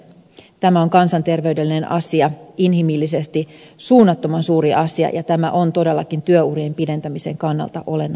tämä on kansanterveydellinen asia inhimillisesti suunnattoman suuri asia ja tämä on todellakin työurien pidentämisen kannalta olennainen asia